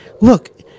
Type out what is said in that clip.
Look